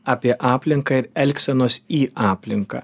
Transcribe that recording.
apie aplinką ir elgsenos į aplinką